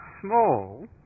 small